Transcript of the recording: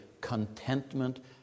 contentment